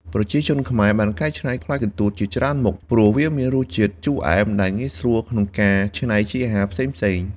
ប្រជាជនខ្មែរបានកែច្នៃផ្លែកន្ទួតជាច្រើនមុខ ព្រោះវាមានរសជាតិជូរអែមដែលងាយស្រួលក្នុងការច្នៃជាអាហារផ្សេងៗ។